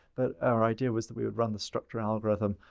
but our idea was that we would run the structure algorithm,